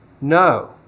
No